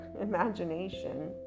imagination